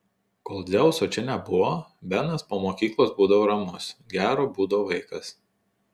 kol dzeuso čia nebuvo benas po mokyklos būdavo ramus gero būdo vaikas